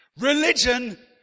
Religion